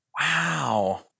Wow